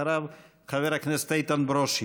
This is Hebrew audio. אחריו, חבר הכנסת איתן ברושי.